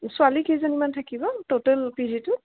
ছোৱালী কেইজনীমান থাকিব ট'টেল পি জিটোত